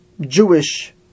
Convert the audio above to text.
Jewish